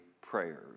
prayers